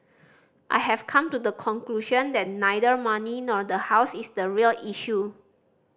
I have come to the conclusion that neither money nor the house is the real issue